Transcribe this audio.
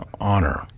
honor